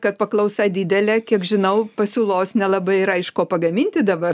kad paklausa didelė kiek žinau pasiūlos nelabai yra iš ko pagaminti dabar